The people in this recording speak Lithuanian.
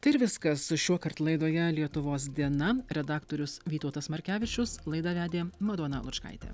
tai ir viskas su šiuokart laidoje lietuvos diena redaktorius vytautas markevičius laidą vedė madona lučkaitė